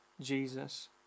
Jesus